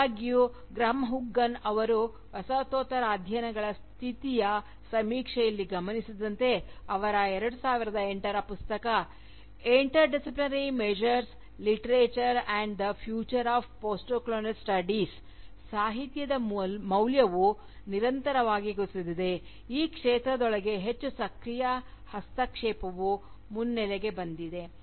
ಆದಾಗ್ಯೂ Graham Huggan ಅವರು ವಸಾಹತೋತ್ತರ ಅಧ್ಯಯನಗಳ ಸ್ಥಿತಿಯ ಸಮೀಕ್ಷೆಯಲ್ಲಿ ಗಮನಿಸಿದಂತೆ ಅವರ 2008 ರ ಪುಸ್ತಕ "interdisciplinary measures literature and the future of postcolonial ಸ್ಟಡೀಸ್Interdisciplinary Measures Literature and the Future of Postcolonial Studies" ಸಾಹಿತ್ಯದ ಮೌಲ್ಯವು ನಿರಂತರವಾಗಿ ಕುಸಿದಿದೆ ಈ ಕ್ಷೇತ್ರದೊಳಗೆ ಹೆಚ್ಚು ಸಕ್ರಿಯ ಹಸ್ತಕ್ಷೇಪವು ಮುನ್ನೆಲೆಗೆ ಬಂದಿದೆ